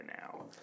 now